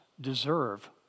deserve